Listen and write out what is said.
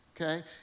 okay